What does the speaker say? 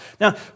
Now